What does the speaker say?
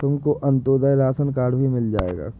तुमको Antyodaya ration card भी मिल जाएगा